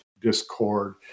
discord